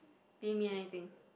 didn't mean anything